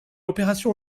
opération